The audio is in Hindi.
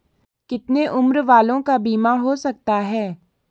कितने उम्र वालों का बीमा हो सकता है?